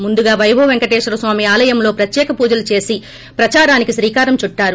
ముందుకుగా పైభవ్ పెంకటేశ్వర స్వామి ఆలయంలో ప్రత్యేక పూజలు చేసి ప్రదారానికి శ్రీకారం చుట్టారు